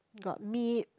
got meat